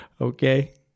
Okay